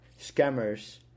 scammers